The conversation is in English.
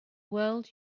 world